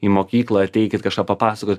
į mokyklą ateikit kažką papasakot